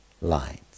lines